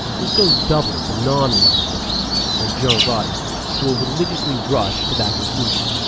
this goes doubly for non-reasonable observers, like jones' audience, who will religiously rush to that conclusion.